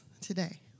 today